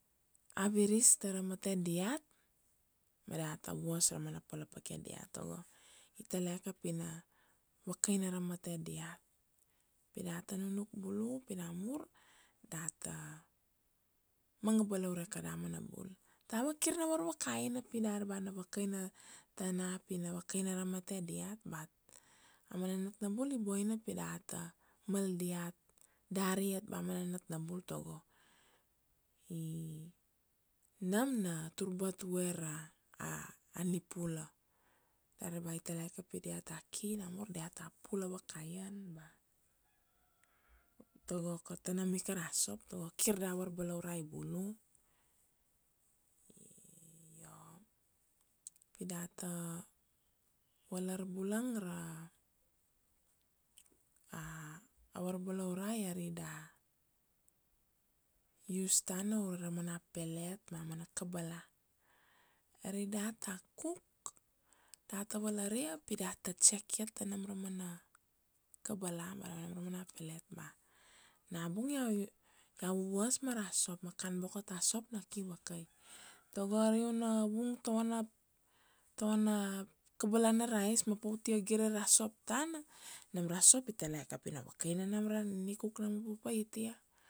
aviris ta ra mate diat ma data vuas ra mana pala pake diat, tago i taleke pi na vakaina ra mate diat. Pi data nunuk bulu, pi na mur data manga balaure kada mana bul. Ta ava kir na varvakaina pi dari ba na vakaina ta na pi na vakaina ra mate diat but a mana nat na bul i boina pi data mal diat dari iat ba mana nat na bul tago, nam na turbat vue ra ani pula, dari ba i taleke pi dia ta ki na mur dia ta pula vakaian ba ta go ko, ta nam ika ra sop, tago kir da varbalaurai bulu, pi data valar bulang ra a varbalaurai ari da use tana ure ra mana pelet ma mana kabala. Ari data cook, data valaria pi data check iat ta nam ra mana kabala ba nam ra mana pelet, ba nabung iau vuvuas ma ra sop ma kan boko ta sop na ki vakai. Tago ari una vung ta vana, ta vana kabala na rice ma pa u tia gire ra sop tana, nam ra sop i taleke pi na vakaina nam ra ni cook nam u papait ia.